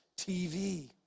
TV